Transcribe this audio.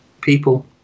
people